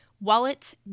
wallets